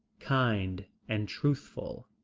kind and truthful.